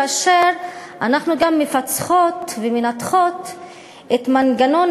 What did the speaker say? כאשר אנחנו גם מפצחות ומנתחות את מנגנון